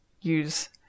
use